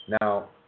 Now